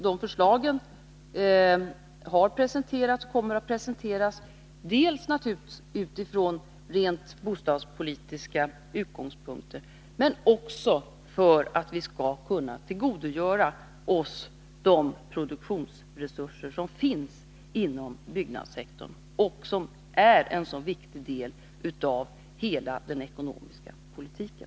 De förslagen har presenterats och kommer att presenteras naturligtvis från rent bostadspolitiska utgångspunkter, men också för att vi skall kunna tillgodogöra oss de produktionsresurser som finns inom byggnadssektorn och som är en så viktig del av hela den ekonomiska politiken.